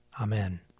Amen